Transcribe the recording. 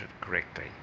correctly